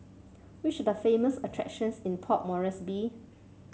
which the famous attractions in Port Moresby